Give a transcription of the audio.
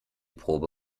probe